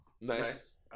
Nice